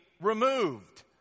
removed